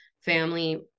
family